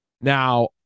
Now